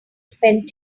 spend